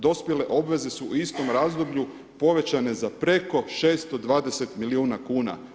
Dospjele obveze su u istom razdoblju povećane za preko 620 milijuna kuna.